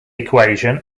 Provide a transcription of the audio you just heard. equation